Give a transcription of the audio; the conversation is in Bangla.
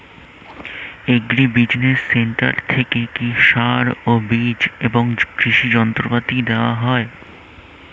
এগ্রি বিজিনেস সেন্টার থেকে কি সার ও বিজ এবং কৃষি যন্ত্র পাতি দেওয়া হয়?